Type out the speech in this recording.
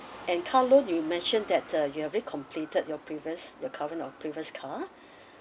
and car loan you mentioned that uh you have already completed your previous the covering of previous car